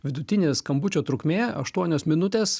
vidutinė skambučio trukmė aštuonios minutės